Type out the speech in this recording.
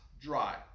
dry